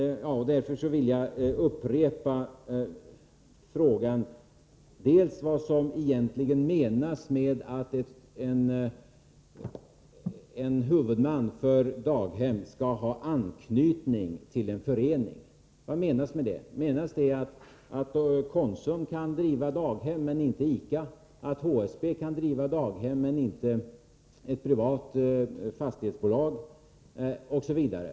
Jag vill emellertid på nytt fråga vad som egentligen menas med att en huvudman för daghem skall ha anknytning till en förening. Vad menas med det? Menas att Konsum kan driva daghem men inte ICA, att HSB kan driva daghem men inte ett privat fastighetsbolag, osv.?